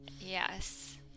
Yes